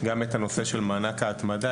גם את הנושא של מענק ההתמדה,